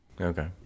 Okay